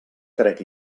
crec